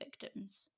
victims